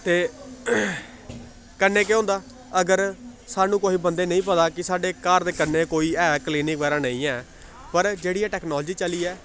ते कन्नै केह् होंदा अगर सानूं कुसै बंदे गी नेईं पता कि साढ़े घर दे कन्नै कोई है क्लिनिक बगैरा नेईं ऐ पर जेह्ड़ी एह् टैक्नालोजी चली ऐ